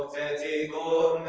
and